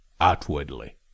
outwardly